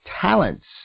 Talents